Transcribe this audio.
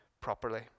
properly